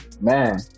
Man